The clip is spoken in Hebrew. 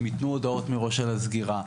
הם יתנו הודעות מראש של הסגירה.